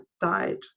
died